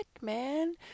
man